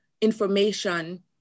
information